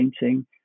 painting